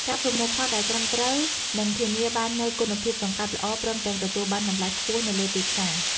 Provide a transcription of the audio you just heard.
ការប្រមូលផលដែលត្រឹមត្រូវនឹងធានាបាននូវគុណភាពកង្កែបល្អ ព្រមទាំងទទួលបានតម្លៃខ្ពស់នៅលើទីផ្សារ។